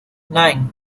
nine